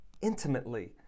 intimately